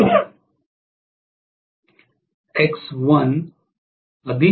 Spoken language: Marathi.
त्याचप्रमाणे